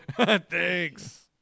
Thanks